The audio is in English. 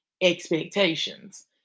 expectations